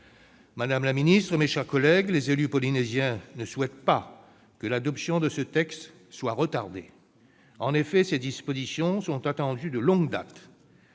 Madame la ministre, mes chers collègues, les élus polynésiens ne souhaitent pas que l'adoption de ce texte soit retardée. En effet, ces dispositions sont attendues de longue date.